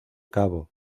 cabo